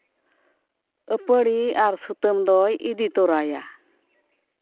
ᱟᱹᱯᱟᱹᱲᱤ ᱟᱨ ᱥᱩᱛᱟᱹᱢ ᱫᱚᱭ ᱤᱫᱤ ᱛᱚᱨᱟᱭᱟ